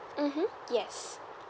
mmhmm yes